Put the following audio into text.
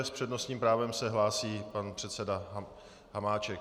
S přednostním právem se hlásí pan předseda Hamáček.